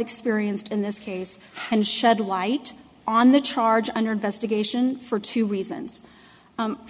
experienced in this case and shed light on the charge under investigation for two reasons